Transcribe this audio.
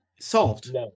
solved